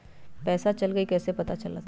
पैसा चल गयी कैसे पता चलत?